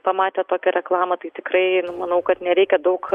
pamatę tokią reklamą tai tikrai manau kad nereikia daug